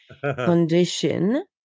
condition